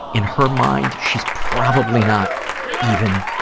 in her mind, she's probably not even,